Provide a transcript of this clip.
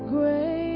Great